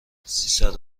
سیصد